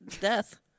death